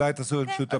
אולי תעשו שותפות.